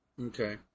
Okay